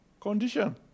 Condition